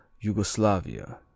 Yugoslavia